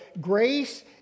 grace